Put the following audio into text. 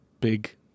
big